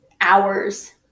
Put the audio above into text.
hours